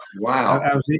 Wow